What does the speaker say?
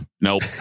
Nope